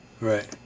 Right